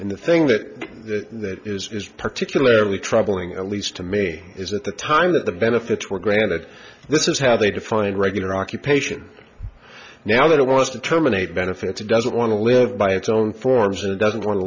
and the thing that that is particularly troubling at least to me is at the time that the benefits were granted this is how they define regular occupation now that it was to terminate benefits it doesn't want to live by its own forms and doesn't want to